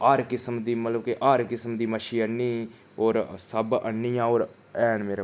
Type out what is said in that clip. हर किस्म दी मतलब कि हर किस्म दी मच्छी आह्नी होर सब आह्नियां होर हैन मेरे कोल